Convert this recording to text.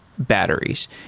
Batteries